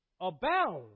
abound